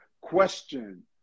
question